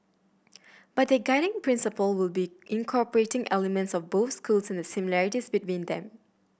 but their guiding principle will be incorporating elements of both schools and similarities between them